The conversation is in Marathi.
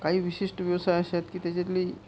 काई विशिष्ट व्यवसाय असे आहेत की त्याच्यातली